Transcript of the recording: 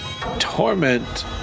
torment